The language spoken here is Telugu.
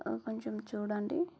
కొంచెం చూడండి